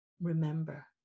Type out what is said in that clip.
remember